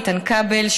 איתן כבל,